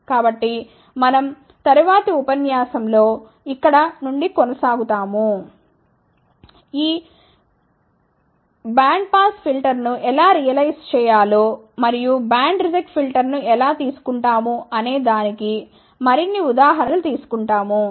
కాబట్టి మనం తరువాతి ఉపన్యాసం లో ఇక్కడ నుండి కొనసాగుతాము ఈ బ్యాండ్పాస్ ఫిల్టర్లను ఎలా రియలైజ్ చేయాలో మరియు బ్యాండ్ రిజెక్ట్ ఫిల్టర్ను ఎలా తీసుకుంటాము అనేదానికి మరిన్ని ఉదాహరణలు తీసుకుంటాము